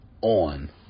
on